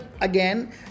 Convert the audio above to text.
again